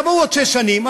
תבואו עוד שש שנים,